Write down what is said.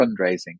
fundraising